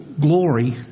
glory